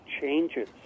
changes